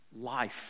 life